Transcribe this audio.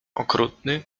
okrutny